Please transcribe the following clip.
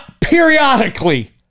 periodically